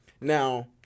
Now